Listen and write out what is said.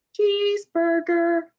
cheeseburger